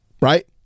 Right